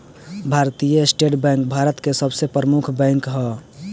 भारतीय state bank भारत के सबसे प्रमुख बैंक ह